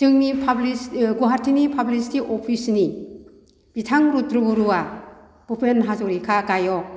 जोंनि पाब्लिस गुवाहाटीनि पाब्लिसिटि अफिसनि बिथां रुद्र बरुवा भुपेन हाज'रिका गायक